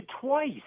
twice